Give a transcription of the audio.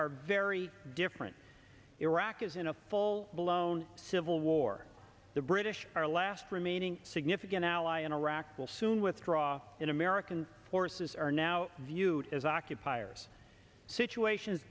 are very different iraq is in a full blown civil war the british our last remaining significant ally in iraq will soon withdraw in american forces are now viewed as occupiers situation